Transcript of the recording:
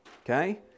Okay